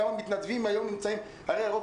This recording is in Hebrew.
כמה מתנדבים היום נמצאים הרי רוב